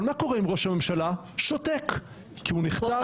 אבל מה קורה אם ראש הממשלה שותק, כי הוא נחטף,